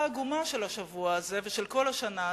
העגומה של השבוע הזה ושל כל השנה הזאת: